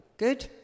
good